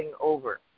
over